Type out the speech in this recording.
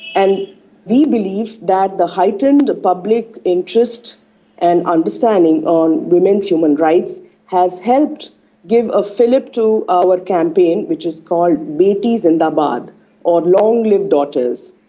and we believe that the heightened public interest and understanding on women's human rights has helped give a fillip to our campaign, which is called beti zindabad or long live daughters.